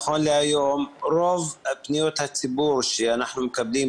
נכון להיום רוב פניות הציבור שאנחנו מקבלים,